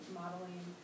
modeling